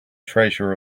treasure